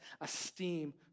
esteem